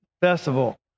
festival